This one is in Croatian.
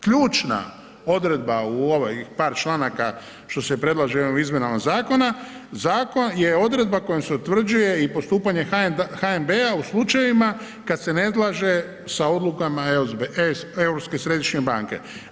Ključna odredba u ovoj, par članaka što se predlaže ovim izmjenama zakona, zakon, je odredba kojom se utvrđuje i postupanje HNB-a u slučajevima kada se ne slaže sa odlukama Europske središnje banke.